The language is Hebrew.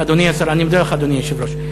אני מודה לך, אדוני היושב-ראש.